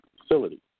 facility